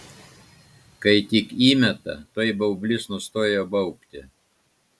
kai tik įmeta tuoj baublys nustoja baubti